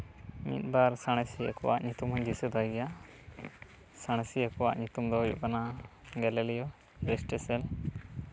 ᱢᱤᱫᱵᱟᱨ ᱥᱟᱬᱮᱥᱤᱭᱟᱹ ᱠᱚᱣᱟᱜ ᱧᱩᱛᱩᱢ ᱦᱚᱧ ᱫᱤᱥᱟᱹ ᱫᱚᱦᱚᱭ ᱜᱮᱭᱟ ᱥᱟᱬᱮᱥᱤᱭᱟᱹ ᱠᱚᱣᱟᱜ ᱧᱩᱛᱩᱢ ᱫᱚ ᱦᱩᱭᱩᱜ ᱠᱟᱱᱟ ᱜᱮᱞᱤᱞᱤᱭᱳ ᱨᱮᱥᱴᱮᱥᱮᱱ